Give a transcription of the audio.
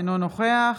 אינו נוכח